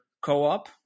co-op